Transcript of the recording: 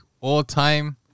all-time